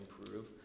improve